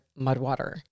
Mudwater